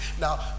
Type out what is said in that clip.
Now